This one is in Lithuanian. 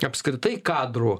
apskritai kadrų